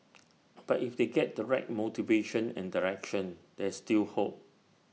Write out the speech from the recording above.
but if they get the right motivation and direction there's still hope